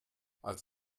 als